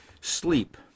Sleep